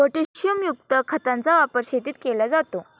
पोटॅशियमयुक्त खताचा वापर शेतीत केला जातो